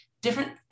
Different